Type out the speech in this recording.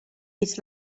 its